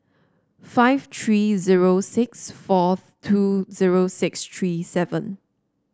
five three zero six four two zero six three seven